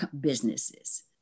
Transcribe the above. businesses